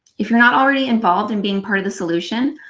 if you're not already involved in being part of the solution,